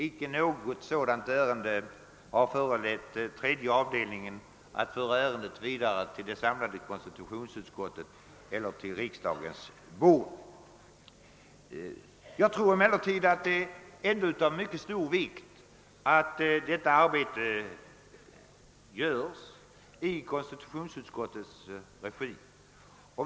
Icke i något fall har tredje avdelningen funnit sig föranlåten att föra ärendet vidare till det samlade konstitutionsutskottet eller till kamrarnas bord. Jag tror emellertid att det ändå är av mycket stor vikt att detta arbete görs i konstitutionsutskottsts regi.